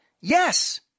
Yes